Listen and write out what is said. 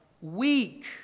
weak